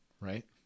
right